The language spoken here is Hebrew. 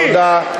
תודה.